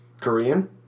Korean